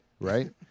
right